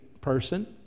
person